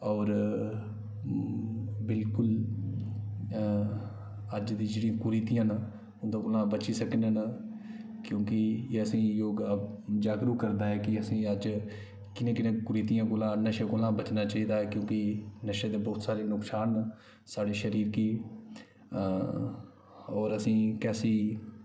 होर बिलकुल अज्ज दी जेह्ड़ी कुरीतियां न उंदे कोला बची सकने न क्योंकि एह् असें ई योग जागरुक करदा ऐ कि असें ई अज्ज कि'न्नें कि'न्नें कुरितयें कोला नशे कोला बचना चाहिदा ऐ क्योंकि नशे दे बहुत सारे नुकसान न साढ़े शरीर गी होर असें ई कैसी